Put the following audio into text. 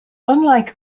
unlike